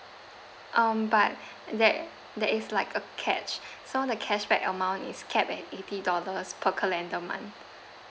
um but there there is like a catch so the cashback amount is capped at eighty dollars per calendar month